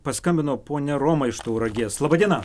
paskambino ponia roma iš tauragės laba diena